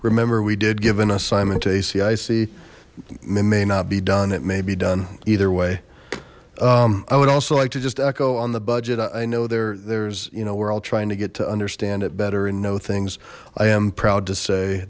remember we did give an assignment to a cic it may not be done it may be done either way i would also like to just echo on the budget i know there there's you know we're all trying to get to understand it better and know things i am proud to say